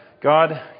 God